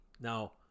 Now